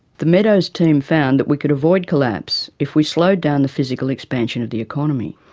the meadows team found that we could avoid collapse if we slowed down the physical expansion of the economy.